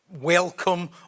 welcome